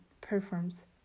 performs